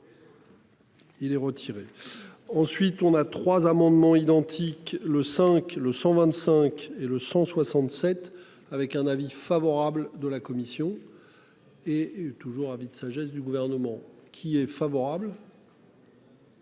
Il est retiré. Ensuite on a trois amendements identiques, le cinq, le 125 et le 167 avec un avis favorable de la commission. Et est toujours avide sagesse du gouvernement qui est favorable.